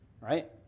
right